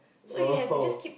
oh